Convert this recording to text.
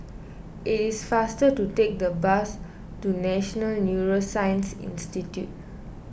it is faster to take the bus to National Neuroscience Institute